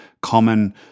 common –